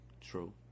true